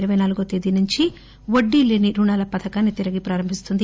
ఇరవై నాలుగో తేదీ నుంచి వడ్డీ లేని రుణాల పథకాన్సి తిరిగి ప్రారంభిస్తుంది